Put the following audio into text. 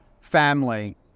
Family